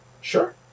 sure